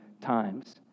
times